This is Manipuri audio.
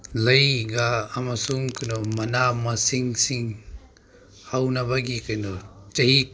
ꯂꯩꯒ ꯑꯃꯁꯨꯡ ꯀꯩꯅꯣ ꯃꯅꯥ ꯃꯁꯤꯡꯁꯤꯡ ꯍꯧꯅꯕꯒꯤ ꯀꯩꯅꯣ ꯆꯍꯤ